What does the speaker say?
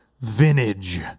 vintage